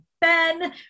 Ben